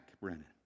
Brennan